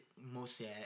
mostly